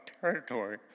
territory